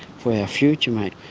for our future mate.